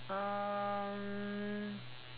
um